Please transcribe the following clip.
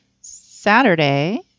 Saturday